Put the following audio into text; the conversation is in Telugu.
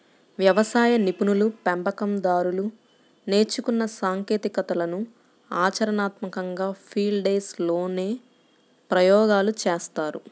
వ్యవసాయ నిపుణులు, పెంపకం దారులు నేర్చుకున్న సాంకేతికతలను ఆచరణాత్మకంగా ఫీల్డ్ డేస్ లోనే ప్రయోగాలు చేస్తారు